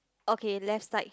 okay let's tight